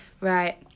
Right